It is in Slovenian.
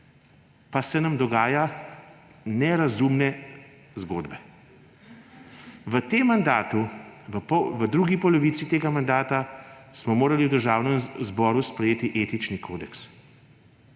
pa se nam dogajajo nerazumne zgodbe. V tem mandatu, v drugi polovici tega mandata smo morali v Državnem zboru sprejeti etični kodeks,